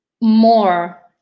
more